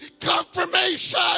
confirmation